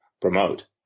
promote